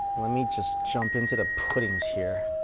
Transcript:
let me just jump into the puddings here